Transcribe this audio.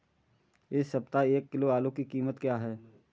इस सप्ताह एक किलो आलू की कीमत क्या है?